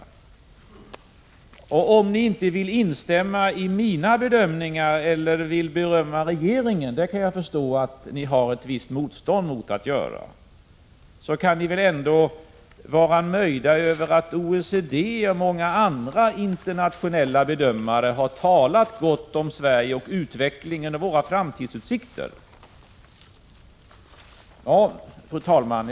Att det finns ett visst motstånd hos er mot att instämma i mina bedömningar eller berömma regeringen kan jag förstå. Men ni kan väl ändå vara nöjda med att OECD och många andra internationella bedömare har talat gott om Sverige, om utvecklingen och om våra framtidsutsikter. Fru talman!